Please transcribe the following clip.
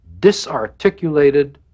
disarticulated